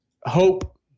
hope